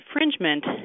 infringement